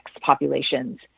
populations